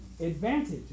Advantage